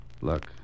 Look